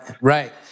right